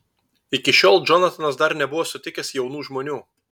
iki šiol džonatanas dar nebuvo sutikęs jaunų žmonių